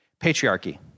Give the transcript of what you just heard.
Patriarchy